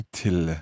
till